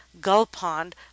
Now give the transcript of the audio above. gull-pond